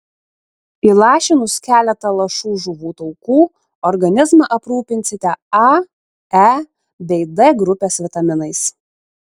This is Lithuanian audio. įlašinus keletą lašų žuvų taukų organizmą aprūpinsite a e bei d grupės vitaminais